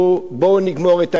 בואו נגמור את העניין,